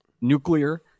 nuclear